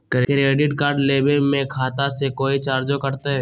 Credit card लेवे में खाता से कोई चार्जो कटतई?